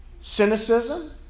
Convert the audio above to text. cynicism